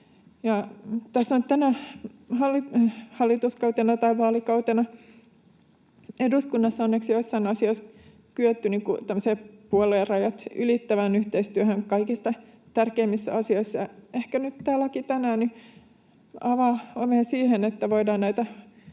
Tässä on tänä vaalikautena eduskunnassa onneksi joissain asioissa kyetty tämmöiseen puoluerajat ylittävään yhteistyöhön kaikista tärkeimmissä asioissa. Ehkä nyt tämä laki tänään avaa oven siihen, että voidaan näitä